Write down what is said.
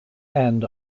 end